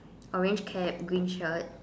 orange cap green shirt